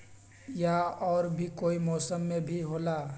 या और भी कोई मौसम मे भी होला?